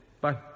Bye